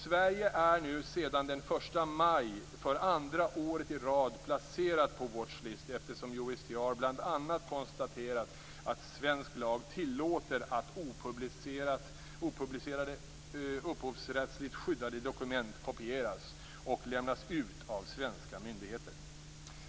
Sverige är nu sedan den 1 maj för andra året i rad placerat på Watch List, eftersom USTR bl.a. konstaterat att svensk lag tillåter att opublicerade upphovsrättsligt skyddade dokument kopieras och lämnas ut av svenska myndigheter.